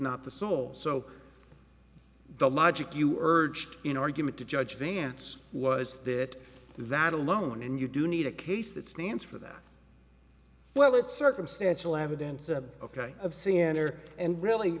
sole so the logic you urged in argument to judge vance was that that alone and you do need a case that stands for that well it's circumstantial evidence of ok of c n n or and really